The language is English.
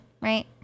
right